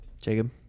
Jacob